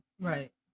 Right